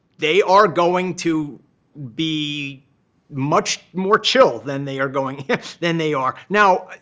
they are going to be much more chill than they are going than they are. now,